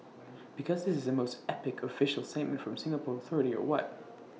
because is this the most epic official statement from A Singapore authority or what